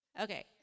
okay